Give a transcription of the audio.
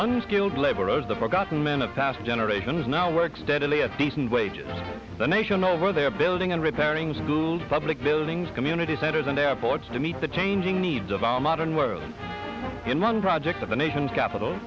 unskilled laborers the forgotten man of past generations now work steadily at decent wages the nation over there building and repairing schools public buildings community centers and efforts to meet the changing needs of our modern world in one project of the nation's capital